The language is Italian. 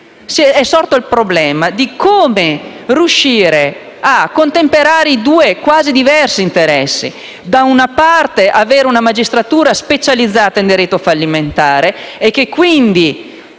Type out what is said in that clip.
era sorto il problema di come riuscire a contemperare i due diversi interessi: da una parte, avere una magistratura specializzata in diritto fallimentare e suggerire quindi